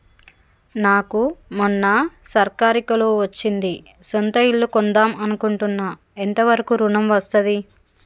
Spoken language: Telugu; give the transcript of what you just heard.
నాకు మొన్న సర్కారీ కొలువు వచ్చింది సొంత ఇల్లు కొన్దాం అనుకుంటున్నా ఎంత వరకు ఋణం వస్తది?